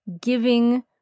giving